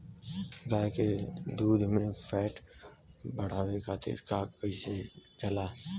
गाय के दूध में फैट बढ़ावे खातिर का कइल जाला?